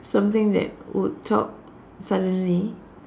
something that would talk suddenly